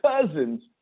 cousin's